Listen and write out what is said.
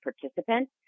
participant